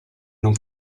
non